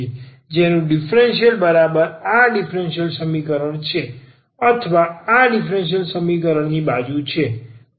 જેનું ડીફરન્સીયલ બરાબર આ ડીફરન્સીયલ સમીકરણ છે અથવા આ ડીફરન્સીયલ સમીકરણની ડાબી બાજુ છે